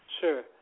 sure